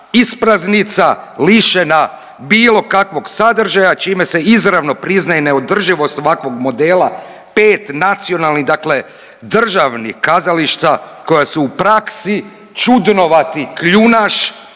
ispraznica lišena bilo kakvog sadržaja čime se izravno priznaje neodrživost ovakvog modela 5 nacionalnih dakle državnih kazališta koja su u praksi čudnovati kljunaš